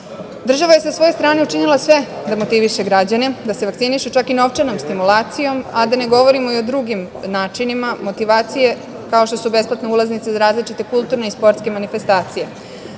je sa svoje strane učinila sve da motiviše građane da se vakcinišu, čak i novčanom stimulacijom, a da ne govorimo i o drugim načinima motivacije, kao što su besplatne ulaznice za različite kulturne i sportske manifestacije.